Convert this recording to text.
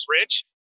Rich